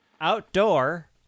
Outdoor